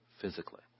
physically